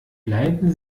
bleiben